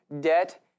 debt